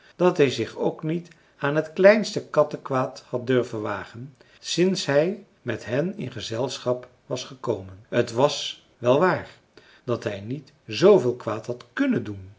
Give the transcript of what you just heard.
dat hij zich ook niet aan het kleinste kattekwaad had durven wagen sinds hij met hen in gezelschap was gekomen t was wel waar dat hij niet zveel kwaad had kunnen doen